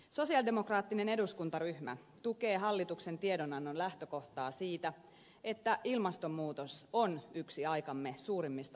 sosialidemokraattinen eduskuntaryhmä tukee hallituksen tiedonannon lähtökohtaa siitä että ilmastonmuutos on yksi aikamme suurimmista haasteista